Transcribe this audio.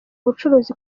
ubucuruzi